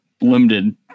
limited